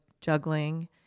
juggling